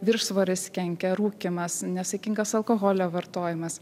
viršsvoris kenkia rūkymas nesaikingas alkoholio vartojimas